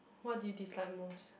what do you dislike most